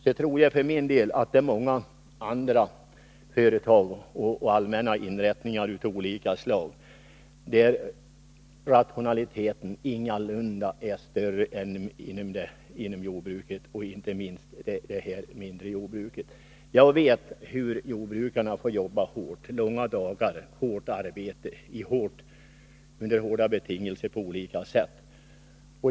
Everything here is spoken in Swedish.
Jag tror för min del att det finns många andra företag och allmänna inrättningar av olika slag där rationaliteten ingalunda är större än inom det mindre jordbruket. Jag vet hur jordbrukarna får jobba, med hårt arbete under långa dagar och under hårda betingelser på olika sätt.